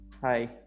Hi